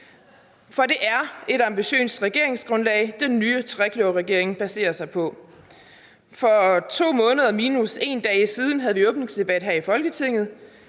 For det er et ambitiøst regeringsgrundlag, den nye trekløverregering baserer sig på. For 2 måneder minus 1 dag siden havde vi åbningsdebat her i Folketinget.